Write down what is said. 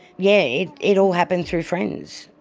yeah, it all happened through friends